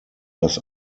dass